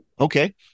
Okay